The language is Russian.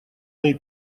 мои